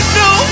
no